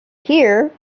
here